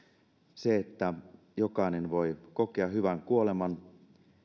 se että jokainen voi kokea hyvän kuoleman